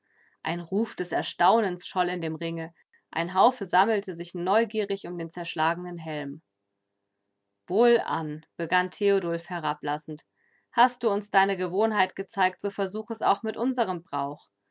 ein ruf des erstaunens scholl in dem ringe ein haufe sammelte sich neugierig um den zerschlagenen helm wohlan begann theodulf herablassend hast du uns deine gewohnheit gezeigt so versuch es auch mit unserem brauch